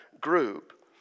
group